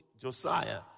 Josiah